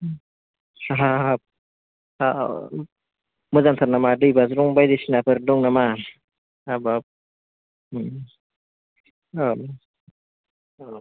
हाब हाब मोजांथार नामा दैबाज्रुम बायदिसिना फोर दं नामा हाबाब